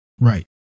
Right